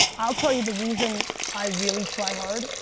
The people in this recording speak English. i'll tell you the reason i really try hard,